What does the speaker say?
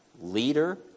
leader